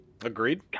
Agreed